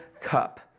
cup